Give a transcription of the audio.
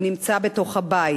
הוא נמצא בתוך הבית.